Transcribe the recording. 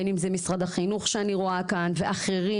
בין אם זה משרד החינוך שאני רואה כאן ואחרים,